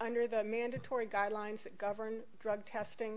under the mandatory guidelines that govern drug testing